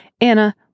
anna